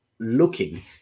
Looking